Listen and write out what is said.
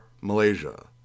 Malaysia